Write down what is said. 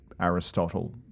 Aristotle